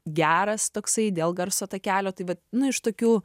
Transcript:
geras toksai dėl garso takelio tai vat nu iš tokių